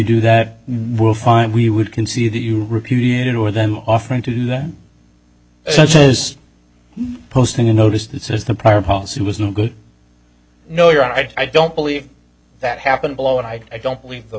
do that we'll find we would concede that you repudiated over them offering to them such as posting you notice that says the prior policy was no good no you're right i don't believe that happened below and i don't believe th